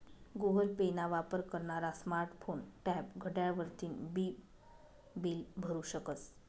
Google Pay ना वापर करनारा स्मार्ट फोन, टॅब, घड्याळ वरतीन बी बील भरु शकस